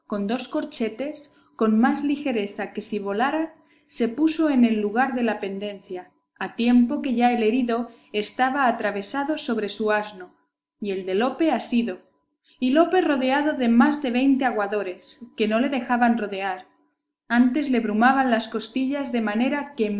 corchetes con más ligereza que si volara se puso en el lugar de la pendencia a tiempo que ya el herido estaba atravesado sobre su asno y el de lope asido y lope rodeado de más de veinte aguadores que no le dejaban rodear antes le brumaban las costillas de manera que